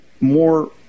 more